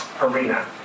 arena